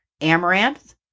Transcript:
amaranth